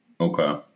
Okay